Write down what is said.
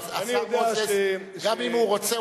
גם אם הוא רוצה,